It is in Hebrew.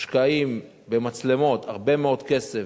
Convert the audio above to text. מושקע במצלמות הרבה מאוד כסף,